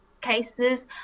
cases